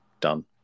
done